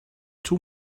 two